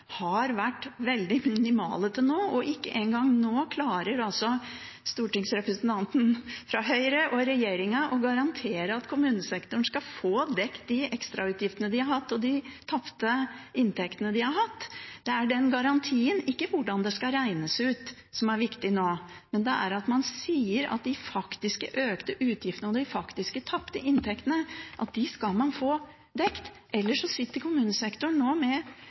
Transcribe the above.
har vært veldig minimale til nå, og ikke engang nå klarer stortingsrepresentanten fra Høyre og regjeringen å garantere at kommunesektoren skal få dekket de ekstrautgiftene de har hatt, og de tapte inntektene de har hatt. Det er den garantien – og ikke hvordan det skal regnes ut – som er viktig nå: at man sier at man skal få dekket de faktisk økte utgiftene og de faktisk tapte inntektene, ellers har kommunesektoren nå ikke penger, og de